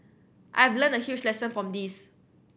I have learnt a huge lesson from this